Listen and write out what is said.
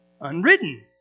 unwritten